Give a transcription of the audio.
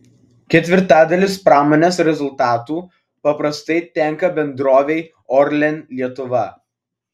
ketvirtadalis pramonės rezultatų paprastai tenka bendrovei orlen lietuva